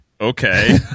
Okay